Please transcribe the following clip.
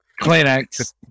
Kleenex